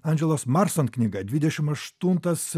andželos marson knyga dvidešim aštuntas